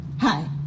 Hi